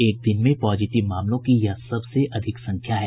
एक दिन में पॉजिटिव मामलों की यह सबसे अधिक संख्या है